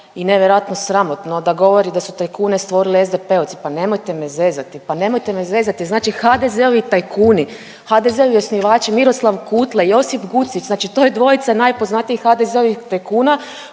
i nevjerojatno sramotno da govori da su tajkune stvorili SDP-ovci. Pa nemojte me zezati, pa nemojte me zezati. Znači HDZ-ovi tajkuni, HDZ-ovi osnivači Miroslav Kutle, Josip Gucić, znači to je dvojica najpoznatijih HDZ-ovih tajkuna